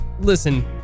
Listen